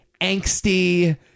angsty